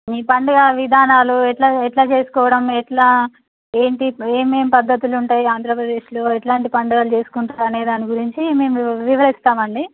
ఈ పండుగ విధానాలు ఎట్లా ఎట్లా చేసుకోవడం ఎట్లా ఏంటి ఏమేం పద్ధతులుంటాయి ఆంధ్రప్రదేశ్లో ఎట్లాంటి పండుగలు చేసుకుంటారు అనే దాని గురించి మేము వివరిస్తామండి